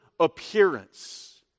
appearance